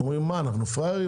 אומרים: אנחנו פראיירים?